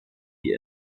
die